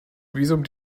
visum